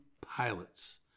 pilots